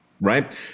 right